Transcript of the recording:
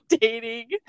dating